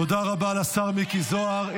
תודה רבה לשר מיקי זוהר.